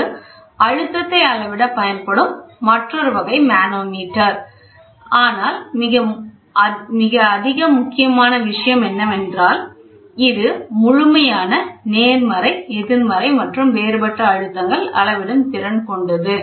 இது அழுத்தத்தை அளவிட பயன்படும் மற்றொரு வகை மனோமீட்டர் ஆகும் ஆனால் மிக அதிகம் முக்கியமான விஷயம் என்னவென்றால் இது முழுமையான நேர்மறை எதிர்மறை மற்றும் வேறுபட்ட அழுத்தங்கள் அளவிடும் திறன் கொண்டது